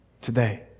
Today